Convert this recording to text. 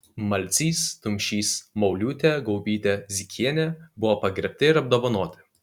malcys tumšys mauliūtė gaubytė zykienė buvo pagerbti ir apdovanoti